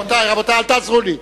רבותי, רבותי, אל תעזרו לי.